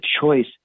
choice